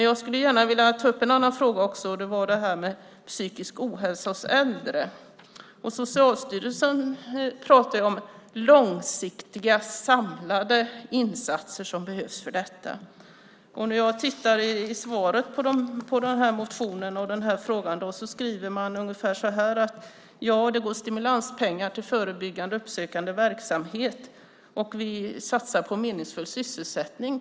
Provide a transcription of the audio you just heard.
Jag vill gärna ta upp en annan fråga också, och det är det här med psykisk ohälsa hos äldre. Socialstyrelsen talar om att långsiktiga samlade insatser behövs för detta. När jag tittar i svaret på motionen och den här frågan skriver man ungefär så här: Det går stimulanspengar till förebyggande och uppsökande verksamhet, och vi satsar på meningsfull sysselsättning.